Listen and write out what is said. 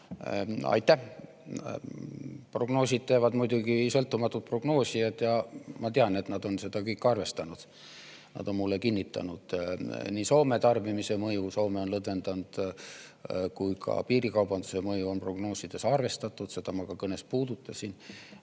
Aitäh! Prognoose teevad muidugi sõltumatud prognoosijad ja ma tean, et nad on seda kõike arvestanud. Nad on mulle kinnitanud, et nii Soome tarbimise mõju, Soome on [neid reegleid] lõdvendanud, kui ka piirikaubanduse mõju on prognoosides arvestatud, seda ma ka kõnes puudutasin.